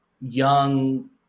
young